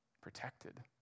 protected